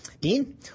Dean